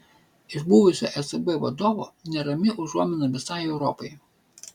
iš buvusio ecb vadovo nerami užuomina visai europai